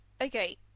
okay